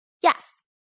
Yes